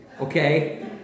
okay